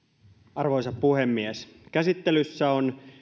arvoisa puhemies käsittelyssä on